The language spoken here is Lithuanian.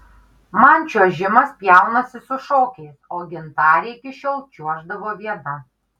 man čiuožimas pjaunasi su šokiais o gintarė iki šiol čiuoždavo viena